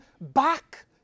back